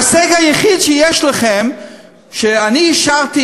ההישג היחיד שיש לכם הוא שאני אישרתי